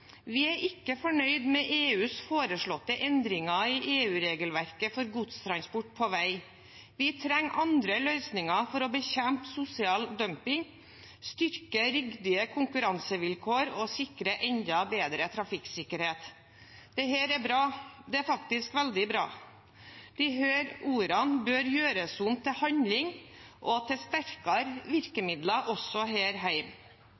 er ikke fornøyd med EUs foreslåtte endringer i EU-regelverket for godstransport på vei. Vi trenger andre løsninger for å bekjempe sosial dumping, styrke ryddige konkurransevilkår og sikre enda bedre trafikksikkerhet.» Dette er bra – det er faktisk veldig bra. Disse ordene bør gjøres om til handling og til sterkere virkemidler også her